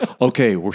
okay